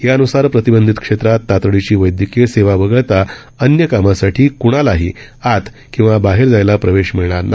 यान्सार प्रतिबंधित क्षेत्रात तातडीची वैद्यकीय सेवा वगळता अन्य कामासाठी कोणालाही आत अथवा बाहेर जायला प्रवेश मिळणार नाही